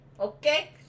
Okay